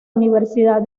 universidad